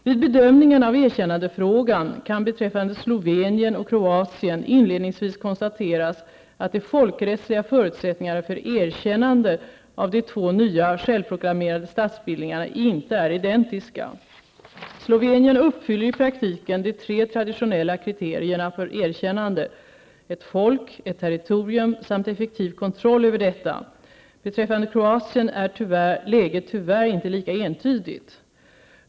Vid bedömningen av erkännandefrågan kan beträffande Slovenien och Kroatien inledningsvis konstateras att de folkrättsliga förutsättningarna för erkännande av de två nya självproklamerade statsbildningarna inte är identiska. Slovenien uppfyller i praktiken de tre traditionella kriterierna för erkännande -- ett folk, ett territorium samt effektiv kontroll över detta. Beträffande Kroatien är läget tyvärr inte lika entydigt.